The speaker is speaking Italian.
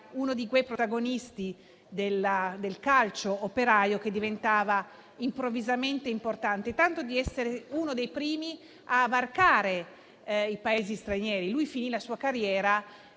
uno di quei protagonisti del calcio operaio che diventavano improvvisamente importanti, tanto da essere uno dei primi a varcare i Paesi stranieri. Ricordo infatti che finì la sua carriera